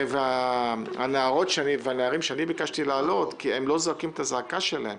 את הנושא הנערות והנערים ביקשתי להעלות כי לא זועקים את הזעקה שלהם.